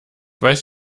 weiß